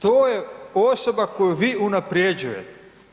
To je osoba koju vi unaprjeđujete.